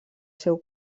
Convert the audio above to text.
seu